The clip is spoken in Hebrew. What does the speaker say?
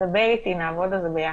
תדבר איתי, נעבוד על זה ביחד.